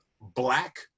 black